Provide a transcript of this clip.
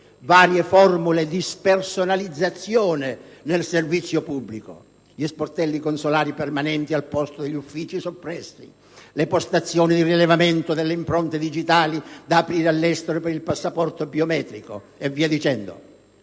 varie formule di spersonalizzazione nel servizio pubblico, gli sportelli consolari permanenti al posto degli uffici soppressi, le postazioni di rilevamento delle impronte digitali da aprire all'estero per il passaporto biometrico. Una